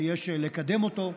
שיש לקדם אותו.